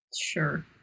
Sure